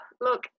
look